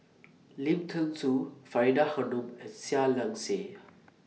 Lim Thean Soo Faridah Hanum and Seah Liang Seah